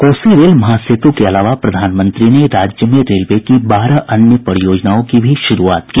कोसी महासेतु के अलावा प्रधानमंत्री ने राज्य में रेलवे की बारह अन्य परियोजनाओं की भी शुरूआत की